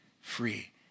free